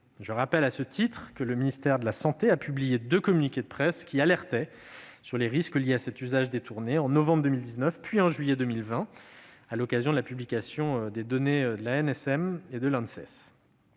Je rappelle que le ministère de la santé avait publié deux communiqués de presse qui alertaient sur les risques liés à cet usage détourné, en novembre 2019 puis en juillet 2020, à l'occasion de la publication des données de l'Agence